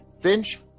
finch